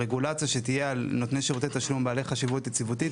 הרגולציה שתהיה על נותני שירותי תשלום בעלי חשיבות יציבותית